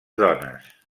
dones